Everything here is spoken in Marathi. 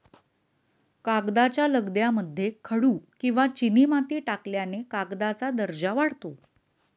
कागदाच्या लगद्यामध्ये खडू किंवा चिनीमाती टाकल्याने कागदाचा दर्जा वाढतो